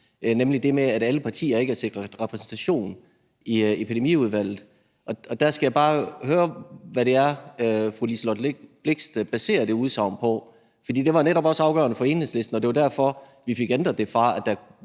nemlig det med, at alle partier ikke er sikret repræsentation i Epidemiudvalget. Og der skal jeg bare høre, hvad det er, fru Liselott Blixt baserer det udsagn på, for det var netop også afgørende for Enhedslisten, og det var derfor, at vi fik ændret det fra,